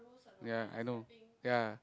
ya I know ya